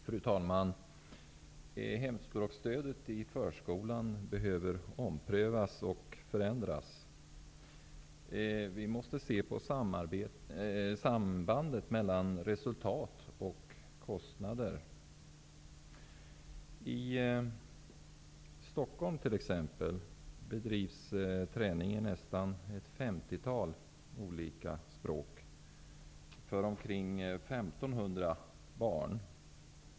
Fru talman! Hemspråksstödet i förskolan behöver omprövas och förändras. Vi måste se på sambandet mellan resultat och kostnader. I t.ex. Stockholm bedrivs träning i nästan ett femtiotal olika språk för omkring 1 500 barn.